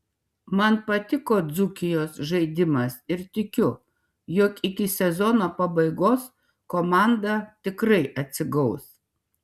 man patiko dzūkijos žaidimas ir tikiu jog iki sezono pabaigos komanda tikrai atsigaus